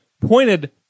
pointed